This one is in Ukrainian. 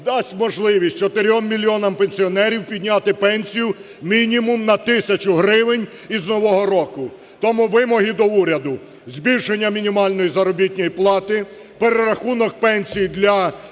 дасть можливість чотирьом мільйонам пенсіонерів підняти пенсію мінімум на тисячу гривень із нового року. Тому вимоги до уряду: збільшення мінімальної заробітної плати, перерахунок пенсій для